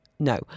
No